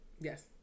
Yes